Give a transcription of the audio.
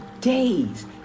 days